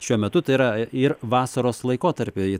šiuo metu tai yra ir vasaros laikotarpiui